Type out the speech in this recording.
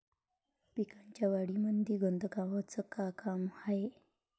पिकाच्या वाढीमंदी गंधकाचं का काम हाये?